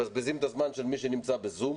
מבזבזים את הזמן של מי שנמצא בזום,